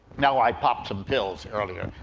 now, i popped some pills earlier.